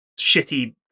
shitty